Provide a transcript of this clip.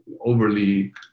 overly